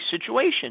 situation